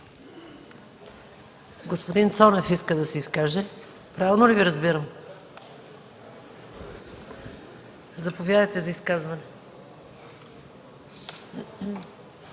Господин Цонев иска да се изкаже – правилно ли Ви разбирам? Заповядайте за изказване,